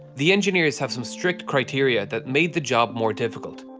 the engineers have some strict criteria that made the job more difficult.